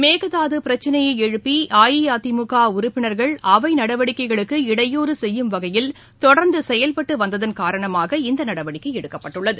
மேகதாது பிரச்சினையை எழுப்பி அஇஅதிமுக உறுப்பினர்கள் அவை நடவடிக்கைகளுக்கு இடையூறு செய்யும் வகையில் தொடர்ந்து செயல்பட்டு வந்ததன்காரணமாக இந்த நடவடிக்கை எடுக்கப்பட்டுள்ளது